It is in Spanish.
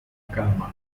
cama